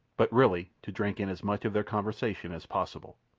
but really to drink in as much of their conversation as possible.